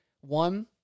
One